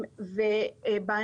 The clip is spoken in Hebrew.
בנוסף,